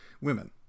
women